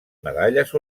medalles